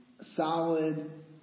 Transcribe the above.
solid